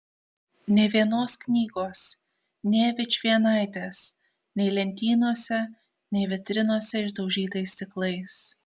nė vienos knygos nė vičvienaitės nei lentynose nei vitrinose išdaužytais stiklais